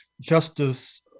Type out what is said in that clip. Justice